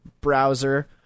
browser